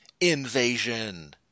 invasion